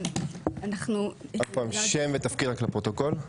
שם ותפקיד לפרוטוקול.